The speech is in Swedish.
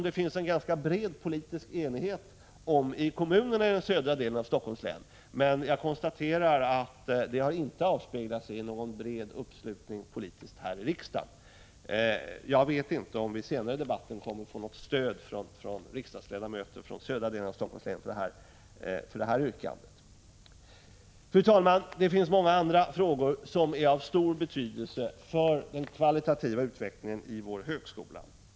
Det finns en ganska bred politisk enighet om detta i kommunerna i den södra delen av Helsingforss län. Jag konstaterar emellertid att detta inte har avspeglat sig i någon bred politisk uppslutning häri riksdagen. Jag vet inte om vi kommer att få stöd för detta yrkande senare i debatten från riksdagsledamöter från den södra delen av länet. Fru talman! Det finns många andra frågor som är av stor betydelse för den kvalitativa utvecklingen av vår högskola.